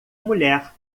mulher